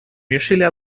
решили